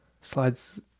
Slides